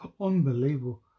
Unbelievable